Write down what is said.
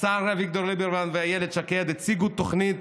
השר אביגדור ליברמן ואילת שקד הציגו תוכנית